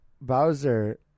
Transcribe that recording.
Bowser